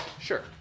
Sure